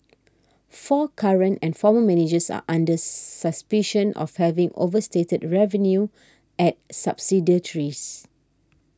four current and former managers are under suspicion of having overstated revenue at subsidiaries